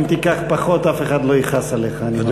אם תיקח פחות אף אחד לא יכעס עליך, אני מבטיח.